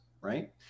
right